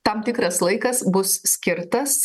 tam tikras laikas bus skirtas